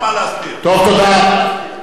טוב, תודה.